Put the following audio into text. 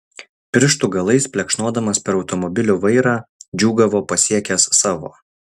pirštų galais plekšnodamas per automobilio vairą džiūgavo pasiekęs savo